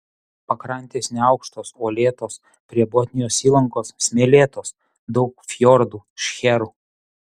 pakrantės neaukštos uolėtos prie botnijos įlankos smėlėtos daug fjordų šcherų